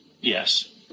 Yes